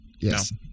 Yes